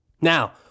Now